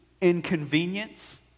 inconvenience